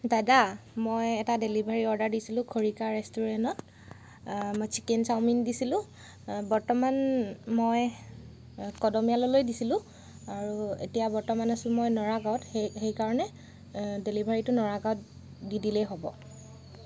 দাদা মই এটা ডেলিভাৰী অৰ্ডাৰ দিছিলো খৰিকা ৰেষ্টোৰেণত মই চিকেন চাউমিন দিছিলো বৰ্তমান মই কদমিয়াললৈ দিছিলো আৰু এতিয়া বৰ্তমান আছো মই নৰা গাঁৱত সেই সেইকাৰণে ডেলিভাৰীটো নৰা গাঁৱত দি দিলেই হ'ব